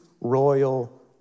royal